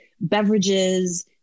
beverages